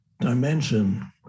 dimension